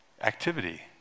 activity